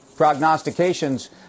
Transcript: prognostications